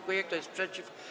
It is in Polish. Kto jest przeciw?